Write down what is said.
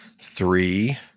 Three